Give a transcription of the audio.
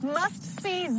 must-see